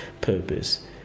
purpose